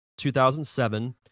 2007